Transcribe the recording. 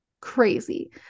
Crazy